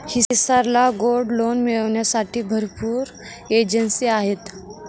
हिसार ला gold loan मिळविण्यासाठी भरपूर एजेंसीज आहेत